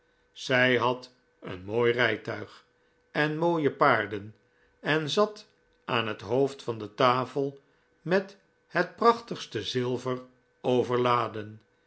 zij had een mooi rijtuig en mooie paarden en zat aan het hoofd van de tafel met het prachtigste zilver overladen